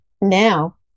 now